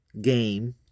game